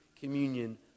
communion